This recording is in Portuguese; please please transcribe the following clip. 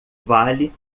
vale